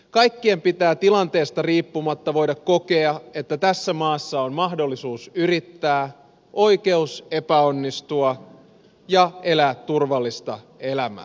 kaikkien pitää tilanteesta riippumatta voida kokea että tässä maassa on mahdollisuus yrittää sekä oikeus epäonnistua ja elää turvallista elämää